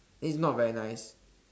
then it's not very nice